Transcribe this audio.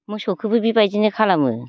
मोसौखौबो बिबायदिनो खालामो